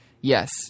Yes